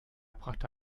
brachte